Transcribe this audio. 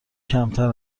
کمتر